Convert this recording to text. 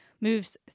moves